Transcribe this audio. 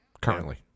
Currently